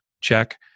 check